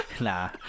nah